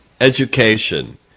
education